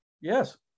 yes